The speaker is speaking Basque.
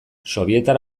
sobietar